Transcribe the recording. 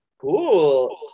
Cool